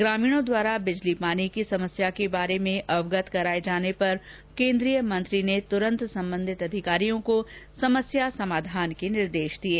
ग्रामीणों द्वारा बिजली पानी की समस्या के बारे में अवगत कराने पर केन्द्रीय मंत्री ने तुरंत सम्बन्धित अधिकारियों को समस्या समाधान के निर्देश दिये